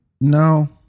no